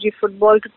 Football